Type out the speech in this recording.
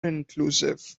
inclusive